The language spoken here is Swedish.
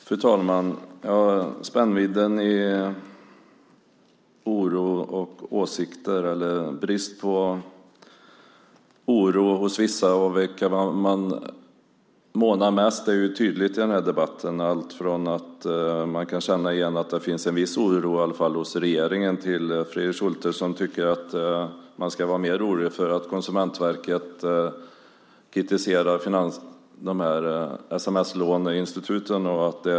Fru talman! Spännvidden i oro och åsikter är stor. Det råder en brist på oro hos vissa, och det är tydligt i debatten vilka man månar mest om. Det finns åtminstone en viss oro hos regeringen, men Fredrik Schulte tycker att man ska vara mer orolig för att Konsumentverket kritiserar sms-låneinstituten.